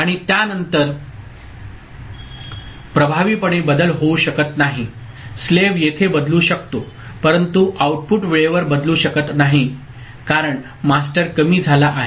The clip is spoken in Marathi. आणि त्यानंतर प्रभावीपणे बदल होऊ शकत नाही गुलाम येथे बदलू शकतो परंतु आउटपुट वेळेवर बदलू शकत नाही कारण मास्टर कमी झाला आहे